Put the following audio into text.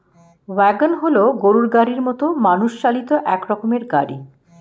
wagon হল গরুর গাড়ির মতো মানুষ চালিত এক রকমের গাড়ি